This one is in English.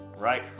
right